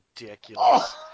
ridiculous